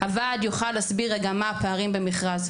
שהוועד יוכל להסביר את הפערים במכרז.